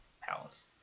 palace